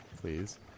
please